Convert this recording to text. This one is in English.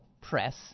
press